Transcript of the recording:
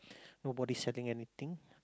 nobody setting anything